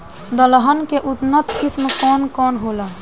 दलहन के उन्नत किस्म कौन कौनहोला?